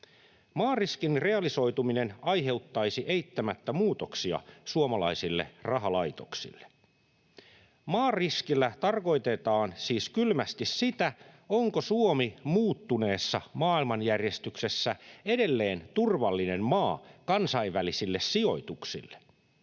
Maariskin realisoituminen aiheuttaisi eittämättä muutoksia suomalaisille rahalaitoksille. Maariskillä tarkoitetaan siis kylmästi sitä, onko Suomi muuttuneessa maailmanjärjestyksessä edelleen turvallinen maa kansainvälisille sijoituksille.